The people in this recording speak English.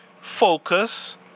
focus